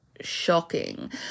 shocking